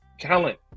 talent